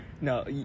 no